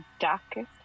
darkest